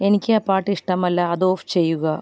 എനിക്ക് ആ പാട്ട് ഇഷ്ടമല്ല അത് ഓഫ് ചെയ്യുക